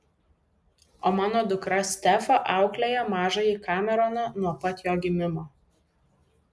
o mano dukra stefa auklėja mažąjį kameroną nuo pat jo gimimo